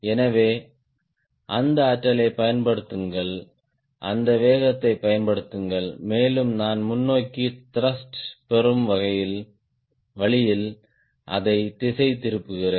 எனவே அந்த ஆற்றலைப் பயன்படுத்துங்கள் அந்த வேகத்தைப் பயன்படுத்துங்கள் மேலும் நான் முன்னோக்கி த்ருஷ்ட் பெறும் வழியில் அதைத் திசை திருப்புகிறேன்